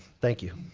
thank you,